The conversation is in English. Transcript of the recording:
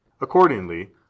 Accordingly